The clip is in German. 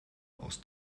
aus